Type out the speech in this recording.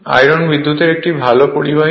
iron বিদ্যুতের একটি ভাল পরিবাহী